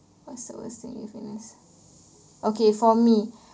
what's the worst thing you've witnessed okay for me